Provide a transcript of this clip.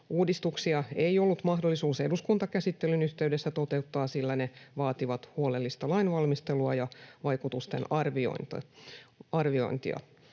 Uudistuksia ei ollut mahdollista eduskuntakäsittelyn yhteydessä toteuttaa, sillä ne vaativat huolellista lainvalmistelua ja vaikutusten arviointia.